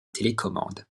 télécommande